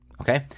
Okay